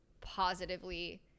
positively